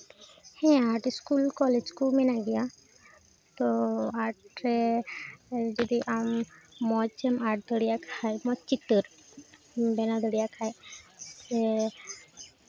ᱦᱮᱸ art school college ᱠᱚ ᱢᱮᱱᱟᱜ ᱜᱮᱭᱟ ᱛᱳ ᱟᱨᱴ ᱨᱮ ᱡᱩᱫᱤ ᱟᱢ ᱢᱚᱡᱽ ᱮᱢ ᱟᱨᱴ ᱫᱟᱲᱮᱭᱟᱜ ᱠᱷᱟᱡ ᱢᱚᱡᱽ ᱪᱤᱛᱟᱹᱨ ᱵᱮᱱᱟᱣ ᱫᱟᱲᱮᱭᱟᱜ ᱠᱷᱟᱡ ᱥᱮ